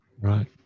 right